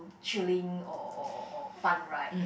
chilling or or or fun right